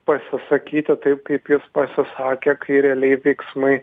pasisakyti taip kaip jis pasisakė kai realiai veiksmai